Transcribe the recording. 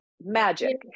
magic